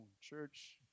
church